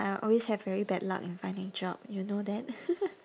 I always have very bad luck in finding job you know that